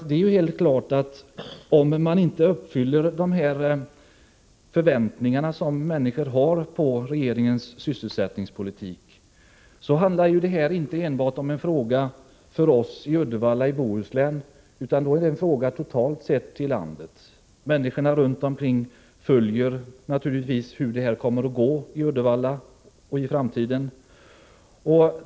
Det är helt klart att om regeringen inte uppfyller de förväntningar som människor har på regeringens sysselsättningspolitik, då blir detta inte enbart en fråga för oss i Uddevalla och Bohuslän, utan då blir det en fråga för hela landet. Människorna runt om i landet följer naturligtvis utvecklingen för att se hur det kommer att gå för Uddevalla i framtiden.